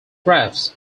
graphs